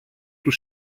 του